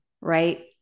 right